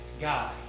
guy